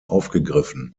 aufgegriffen